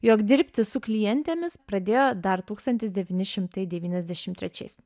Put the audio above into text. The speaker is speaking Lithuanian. jog dirbti su klientėmis pradėjo dar tūkstantis devyni šimtai devyniasdešimt trečiais